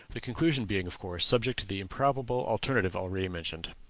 the conclusion being, of course, subject to the improbable alternative already mentioned.